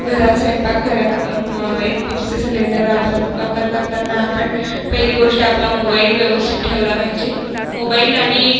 घरात स्वयंपाक घरात एल पी जीचा सिलेंडर वापर वापर करताना आपण पहिली गोष्ट आपला मोबाईल व्यवस्थित ठेवला पाहिजे मोबाईल आणि